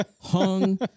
hung